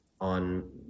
on